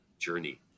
journey